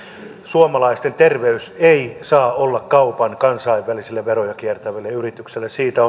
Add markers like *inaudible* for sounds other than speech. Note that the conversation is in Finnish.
suomalaisten terveys ei saa olla kaupan kansainvälisille veroja kiertäville yrityksille siitä *unintelligible*